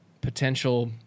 potential